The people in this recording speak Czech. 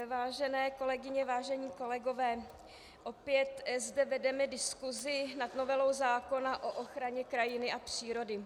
Vážené kolegyně, vážení kolegové, opět zde vedeme diskusi nad novelou zákona o ochraně krajiny a přírody.